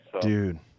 Dude